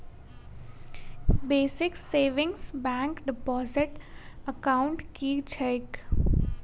Basic savings bank deposit account की छैक?